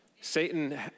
Satan